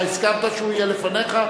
אתה הסכמת שהוא יהיה לפניך?